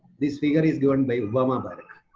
this figure is given by obama barack.